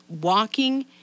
walking